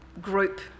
group